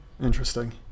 Interesting